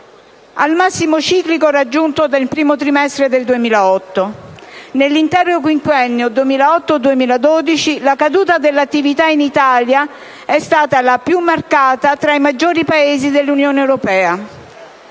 al massimo ciclico raggiunto nel 1° trimestre del 2008. Nell'intero quinquennio 2008-2012, la caduta dell'attività in Italia è stata la più marcata tra i maggiori Paesi dell'Unione europea.